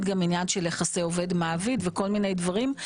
גם עניין של יחסי עובד מעביד וכל מיני דברים.